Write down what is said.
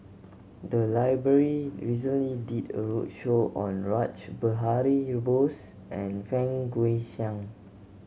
the library recently did a roadshow on Rash Behari Bose and Fang Guixiang